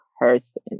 person